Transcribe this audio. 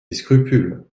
scrupules